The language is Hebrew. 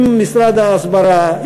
עם משרד ההסברה,